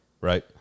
right